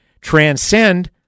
transcend